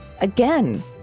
Again